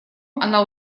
она